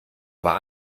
war